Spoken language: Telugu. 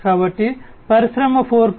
కాబట్టి పరిశ్రమ 4